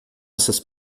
essas